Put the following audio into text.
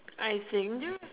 I think